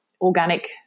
organic